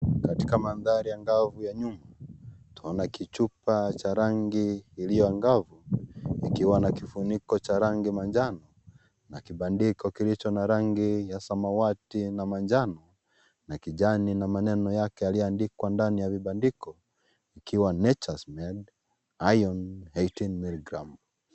Katika manthari angafu ya nyumba tunaona kichupa cha rangi iliyo angafu ikiwa na kifuniko cha rangi manjano na kibandiko kilicho na rangi ya samawati na manjano na kijani na maneno yake yaliyoandikwa ndani ya vibandiko ikiwa nature made iron18mg .